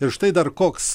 ir štai dar koks